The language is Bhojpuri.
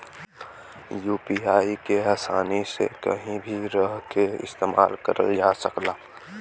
यू.पी.आई के आसानी से कहीं भी रहके इस्तेमाल करल जा सकला